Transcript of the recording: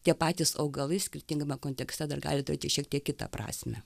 tie patys augalai skirtingame kontekste dar gali turėti šiek tiek kitą prasmę